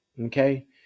Okay